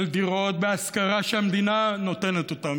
של דירות בהשכרה שהמדינה נותנת אותן,